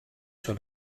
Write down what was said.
sur